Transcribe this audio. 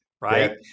right